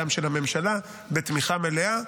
גם של הממשלה בתמיכה מלאה,